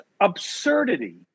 absurdity